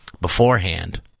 beforehand